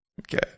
Okay